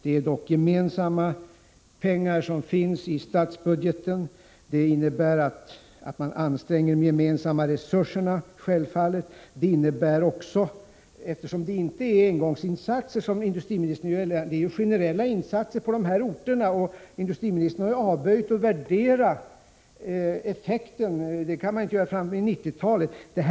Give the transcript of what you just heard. Det är dock gemensamma pengar i statsbudgeten, och det innebär självfallet att de gemensamma resurserna ansträngs. Det är inte engångsinsatser, som industriministern gör gällande, utan det är generella insatser som görs på dessa orter. Industriministern har avböjt att värdera effekten — det kan man inte göra förrän på 1990-talet.